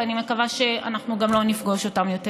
ואני מקווה שאנחנו גם לא נפגוש אותן יותר.